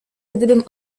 gdybym